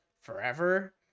forever